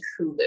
Hulu